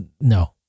no